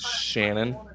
Shannon